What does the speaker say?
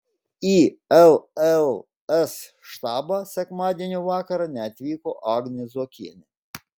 į lls štabą sekmadienio vakarą neatvyko agnė zuokienė